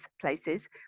places